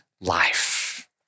life